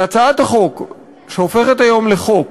והצעת החוק, שהופכת היום לחוק,